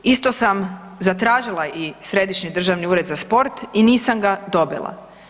Isto sam zatražila i Središnji državni ured za sport i nisam ga dobila.